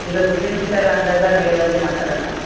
ಈಗ ದುಡ್ಡಿನ ವಿಚಾರ ಅಂದಾಗ ನೇರವಾಗಿ ಮಾತಾಡೋಣ